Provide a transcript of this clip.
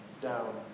down